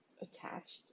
attached